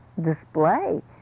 display